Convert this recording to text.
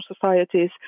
societies